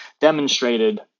demonstrated